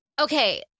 Okay